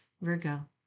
Virgo